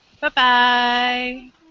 Bye-bye